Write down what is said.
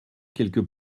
quelques